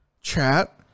chat